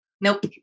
Nope